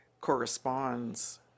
corresponds